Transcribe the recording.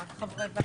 מי נגד?